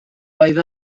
oedd